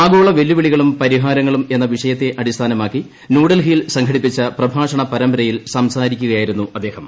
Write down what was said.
ആഗോള വെല്ലുവിളികളും പരിഹാരങ്ങളും എന്ന വിഷയത്തെ അടിസ്ഥാനമാക്കി ന്യൂഡൽഹി യിൽ സംഘടിപ്പിച്ച പ്രഭാഷണ പരമ്പരയിൽ സംസാരിക്കുകയാ യിരുന്നു അദ്ദേഹം